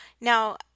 Now